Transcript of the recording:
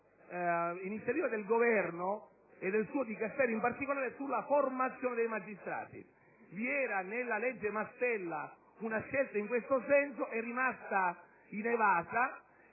una iniziativa del Governo, e del suo Dicastero in particolare, sulla formazione dei magistrati. Vi era nella legge Mastella una scelta in questo senso, ma essa è rimasta inevasa.